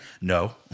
No